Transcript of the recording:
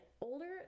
older